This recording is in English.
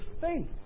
faith